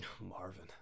Marvin